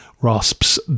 Rasps